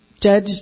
judge